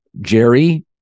Jerry